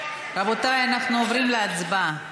רבותיי, אנחנו עוברים להצבעה.